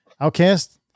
outcast